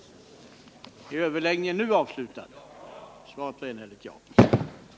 Om minst hälften av de röstande röstar nej har kammaren beslutat att ärendet i sin helhet skall återförvisas till utskottet.